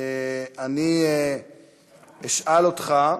אני אשאל אותך,